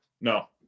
No